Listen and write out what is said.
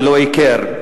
ללא הכר,